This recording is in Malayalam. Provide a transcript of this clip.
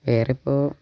വേറെയിപ്പോൾ